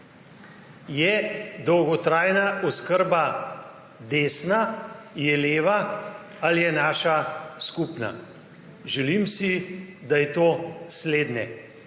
Je dolgotrajna oskrba desna, je leva ali je naša skupna? Želim si, da je to slednje.